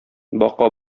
бака